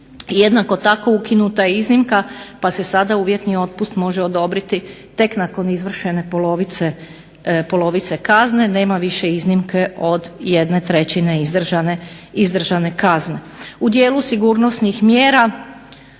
Jednako tako ukinuta je iznimka pa se sada uvjetni otpust može odobriti tek nakon izvršene polovice kazne. Nema više iznimke od jedne trećine izdržane kazne. U dijelu sigurnosnih mjera